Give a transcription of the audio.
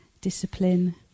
discipline